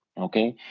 okay.